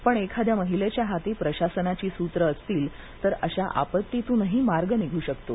पण एखाद्या महिलेच्या हाती प्रशासनाची सूत्रं असतील तर अशा आपत्तीतूनही मार्ग निघू शकतो